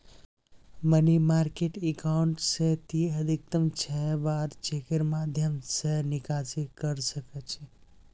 money market account स ती अधिकतम छह बार चेकेर माध्यम स निकासी कर सख छ